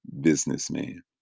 businessman